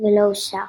ולא אושר.